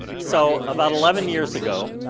so about eleven years ago,